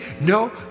No